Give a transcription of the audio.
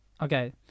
Okay